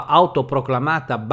autoproclamata